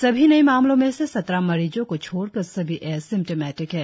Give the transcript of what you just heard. सभी नए मामलों में से सत्रह मरीजों को छोड़कर सभी एसिम्टिमेटिक है